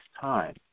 time